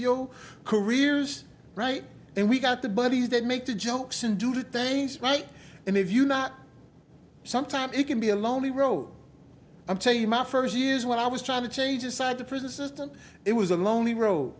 r careers right and we've got the buddies that make the jokes and do things right and if you not sometimes you can be a lonely road i'm tell you my first years when i was trying to change inside the prison system it was a lonely road